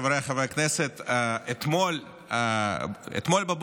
חבריי חברי הכנסת, אתמול בבוקר